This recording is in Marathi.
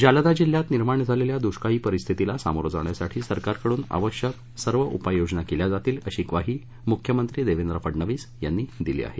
जालना जिल्ह्यात निर्माण झालेल्या दुष्काळी परिस्थितीला समोरं जाण्यासाठी सरकारकडून आवश्यक सर्व उपाय योजना केल्या जातील अशी ग्वाही मुख्यमंत्री देवेंद्र फडणवीस यांनी दिली आहे